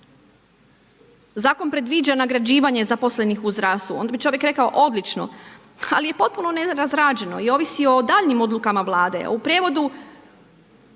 Zakon predviđa nagrađivanje zaposlenih u zdravstvu, onda bi čovjek rekao odlično, ali je potpuno nerazrađeno i ovisi o daljnjim odlukama Vlade, a u prijevodu